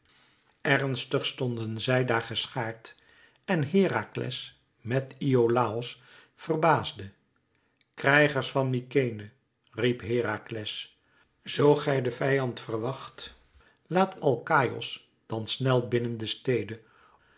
ernstig stonden zij daar geschaard en herakles met iolàos verbaasde krijgers van mykenæ riep herakles zoo gij den vijand verwacht laat alkaïos dan snel binnen de stede